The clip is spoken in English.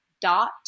dot